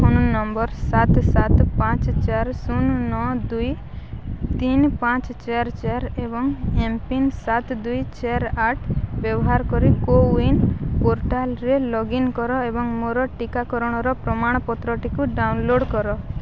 phone ନମ୍ବର ସାତ ସାତ ପାଞ୍ଚ ଚାରି ଶୂନ ନଅ ଦୁଇ ତିନି ପାଞ୍ଚ ଚାରି ଚାରି ଏବଂ ଏମ୍ପିନ୍ ସାତ ଦୁଇ ଚାରି ଆଠ ବ୍ୟବହାର କରି କୋୱିନ୍ ପୋର୍ଟାଲ୍ରେ ଲଗ୍ଇନ୍ କର ଏବଂ ମୋର ଟିକାକରଣର ପ୍ରମାଣପତ୍ରଟିକୁ ଡ଼ାଉନଲୋଡ଼୍ କର